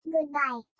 Goodbye